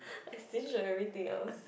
is this your everything else